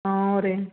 ಹ್ಞೂ ರೀ